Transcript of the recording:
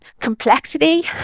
complexity